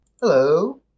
Hello